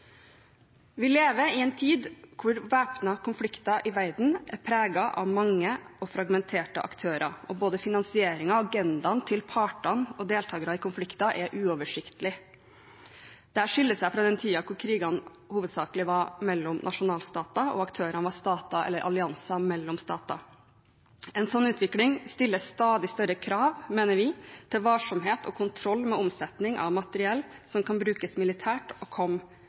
Vi lever i en tid da væpnede konflikter i verden er preget av mange og fragmenterte aktører, og der både finansieringen, agendaen til partene og deltagere i konflikter er uoversiktlig. Dette skiller seg fra den tiden da krigene hovedsakelig var mellom nasjonalstater, og da aktørene var stater eller allianser mellom stater. En sånn utvikling stiller stadig større krav, mener vi, til varsomhet og kontroll med omsetning av materiell som kan brukes militært og komme